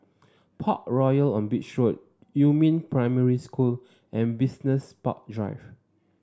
Parkroyal on Beach Road Yumin Primary School and Business Park Drive